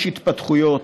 יש התפתחות,